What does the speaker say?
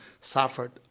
suffered